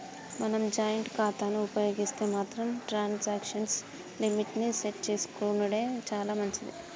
మనం జాయింట్ ఖాతాను ఉపయోగిస్తే మాత్రం ట్రాన్సాక్షన్ లిమిట్ ని సెట్ చేసుకునెడు చాలా మంచిది